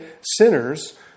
sinners